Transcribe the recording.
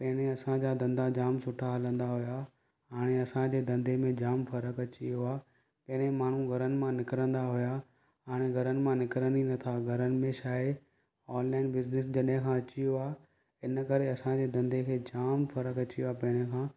पहिरें असांजा धंधा जाम सुठा हलंदा हुआ हाणे असांजे धंधे में जाम फ़र्क़ु अची वियो आहे पहिरें माण्हू घरनि मां निकिरंदा हुआ हाणे घरनि मां निकिरनि ई नथा घरनि में छा आहे ऑनलाइन बिज़नेस जॾहिं खां अची वियो आहे हिन करे असांजे धंधे खे जाम फ़र्क़ु अची वियो आहे पहिरें खां